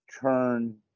turn